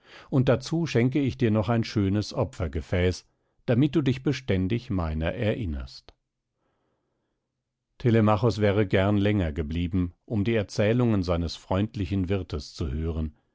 und dazu schenke ich dir noch ein schönes opfergefäß damit du dich beständig meiner erinnerst telemachos wäre gern länger geblieben um die erzählungen seines freundlichen wirtes zu hören